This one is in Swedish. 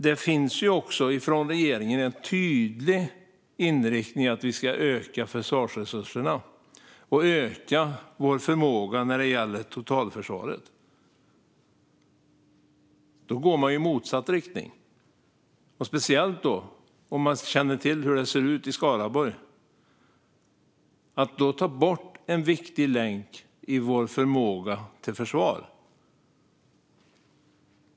Det finns ju också från regeringen en tydlig inriktning på att vi ska öka försvarsresurserna och öka vår förmåga när det gäller totalförsvaret. Om man gör så här går man i motsatt riktning, speciellt om man känner till hur det ser ut i Skaraborg. Man tar bort en viktig länk i vår förmåga till försvar.